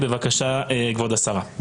בבקשה, כבוד השרה.